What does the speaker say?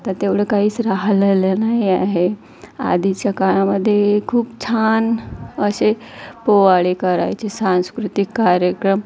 आता तेवढं काहीच राहलेलं नाही आहे आधीच्या काळामध्ये खूप छान असे पोवाडे करायचे सांस्कृतिक कार्यक्रम